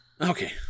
Okay